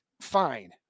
fine